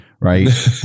right